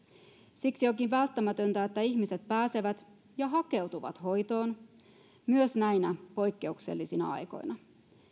siksi onkin välttämätöntä että ihmiset pääsevät ja hakeutuvat hoitoon myös näinä poikkeuksellisina aikoina